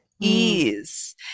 ease